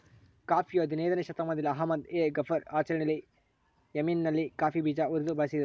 ಕಾಫಿಯು ಹದಿನಯ್ದನೇ ಶತಮಾನದಲ್ಲಿ ಅಹ್ಮದ್ ಎ ಗಫರ್ ಆಚರಣೆಯಲ್ಲಿ ಯೆಮೆನ್ನಲ್ಲಿ ಕಾಫಿ ಬೀಜ ಉರಿದು ಬಳಸಿದ್ರು